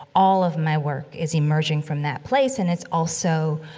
all of my work is emerging from that place. and it's also,